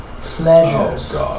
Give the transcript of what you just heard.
pleasures